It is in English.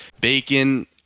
bacon